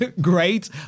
Great